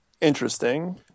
interesting